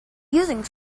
using